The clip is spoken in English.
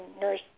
nurse